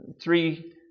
three